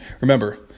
remember